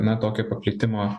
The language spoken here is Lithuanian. na tokio paplitimo